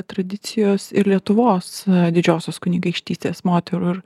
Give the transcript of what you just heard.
tradicijos ir lietuvos didžiosios kunigaikštystės moterų ir